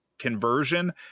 conversion